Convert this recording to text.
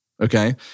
Okay